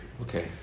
Okay